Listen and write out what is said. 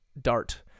Dart